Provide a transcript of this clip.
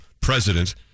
president